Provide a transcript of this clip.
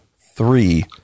three